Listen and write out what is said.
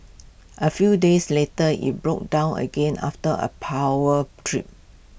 A few days later IT broke down again after A power trip